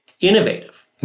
innovative